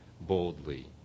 boldly